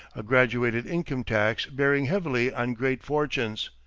a graduated income tax bearing heavily on great fortunes,